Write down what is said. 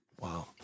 Wow